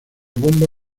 bomba